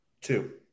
Two